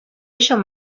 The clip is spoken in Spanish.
ello